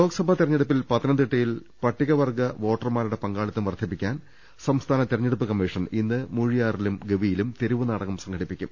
ലോക്സഭാ തെരഞ്ഞെടുപ്പിൽ പത്തനംതിട്ടയിൽ പട്ടിക വർഗ്ഗ വോട്ടർമാരുടെ പങ്കാളിത്തം വർദ്ധിപ്പിക്കുന്നതിന് സംസ്ഥാന തെര ഞ്ഞെടുപ്പ് കമ്മീഷൻ ഇന്ന് മൂഴിയാറിലും ഗവിയിലും തെരുവ് നാടകം സംഘടിപ്പിക്കും